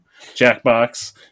Jackbox